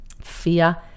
Fear